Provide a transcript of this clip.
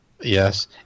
Yes